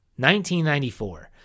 1994